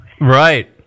Right